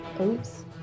Oops